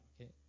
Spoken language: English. Okay